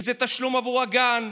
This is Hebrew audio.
אם זה תשלום עבור הגן,